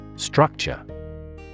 Structure